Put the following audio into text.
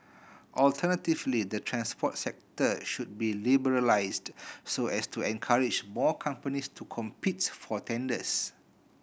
alternatively the transport sector shall be liberalised so as to encourage more companies to compete for tenders